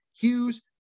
Hughes